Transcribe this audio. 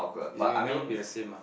is will never be the same ah